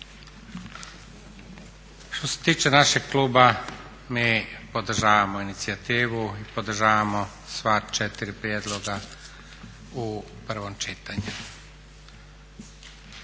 Što se tiče našeg kluba mi podržavamo inicijativu i podržavamo sva četiri prijedloga u prvom čitanju.